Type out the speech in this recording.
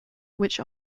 which